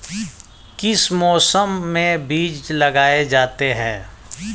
किस मौसम में बीज लगाए जाते हैं?